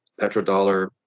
petrodollar